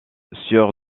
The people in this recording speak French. sieur